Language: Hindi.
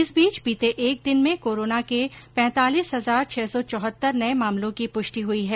इस बीच बीते एक दिन में कोरोना के पैंतालीस हजार छह सौ चौहत्तर नए मामलों की प्रष्टि हुई है